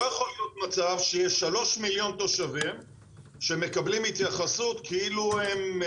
לא יכול להיות מצב שיש שלוש מיליון תושבים שמקבלים התייחסות כאילו הם,